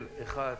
של שישה חברי